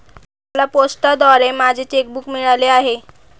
मला पोस्टाद्वारे माझे चेक बूक मिळाले आहे